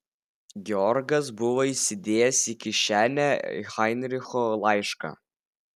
georgas buvo įsidėjęs į kišenę heinricho laišką